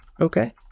Okay